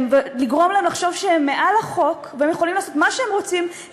לגרום להם לחשוב שהם מעל החוק והם יכולים לעשות מה שהם רוצים,